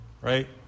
Right